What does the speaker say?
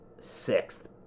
sixth